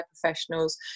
professionals